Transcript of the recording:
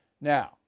Now